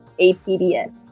APDN